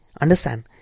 understand